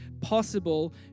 possible